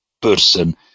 person